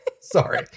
sorry